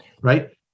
Right